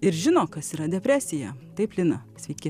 ir žino kas yra depresija taip lina sveiki